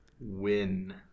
Win